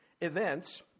events